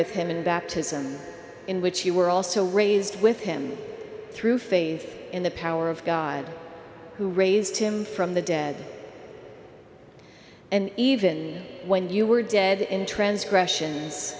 with him in baptism in which you were also raised with him through faith in the power of god who raised him from the dead and even when you were dead in transgressions